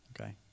Okay